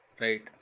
Right